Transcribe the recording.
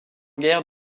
guerre